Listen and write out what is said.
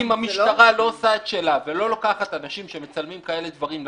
אם המשטרה לא עושה את שלה ולא לוקחת אנשים שמצלמים כאלה דברים לכלא,